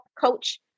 coach